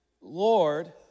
Lord